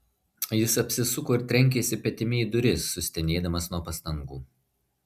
jis apsisuko ir trenkėsi petimi į duris sustenėdamas nuo pastangų